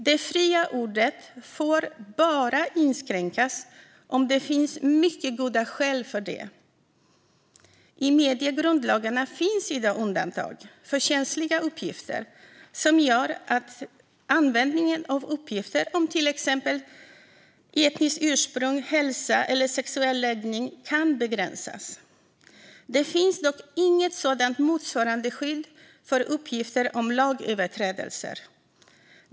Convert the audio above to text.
Det fria ordet får bara inskränkas om det finns mycket goda skäl för det. I mediegrundlagarna finns i dag undantag för känsliga uppgifter som gör att användningen av uppgifter om till exempel etniskt ursprung, hälsa eller sexuell läggning kan begränsas. Det finns dock inget sådant motsvarande skydd för uppgifter om lagöverträdelser.